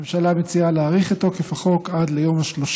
הממשלה מציעה להאריך את תוקף החוק עד ליום 30